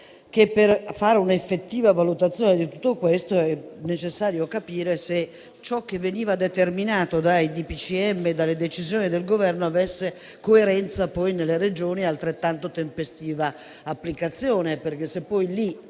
che per fare un'effettiva valutazione di tutto questo è necessario capire se ciò che veniva determinato dai DPCM e dalle decisioni del Governo avesse coerenza poi nelle Regioni e altrettanto tempestiva applicazione, perché se poi lì